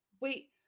wait